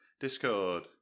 Discord